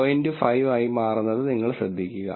5 ആയി മാറുന്നത് നിങ്ങൾ ശ്രദ്ധിക്കുക